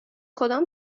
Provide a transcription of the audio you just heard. کدام